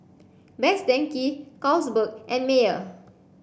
Best Denki Carlsberg and Mayer